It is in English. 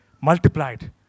multiplied